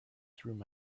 through